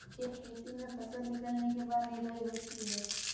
खेती में फसल निकलने के बाद निदाई होती हैं?